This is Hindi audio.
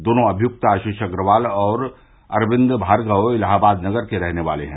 दोनों अभियक्त आशीष अग्रवाल और अरविन्द भार्गव इलाहाबाद नगर के रहने वाले हैं